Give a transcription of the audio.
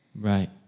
Right